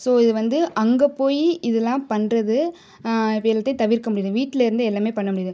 so இது வந்து அங்கே போய் இதெல்லாம் பண்ணுறது இப்போ எல்லாத்தையும் தவிர்க்க முடியுது வீட்டில் இருந்தே எல்லாமே பண்ண முடியுது